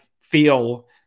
feel